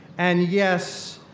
and yes,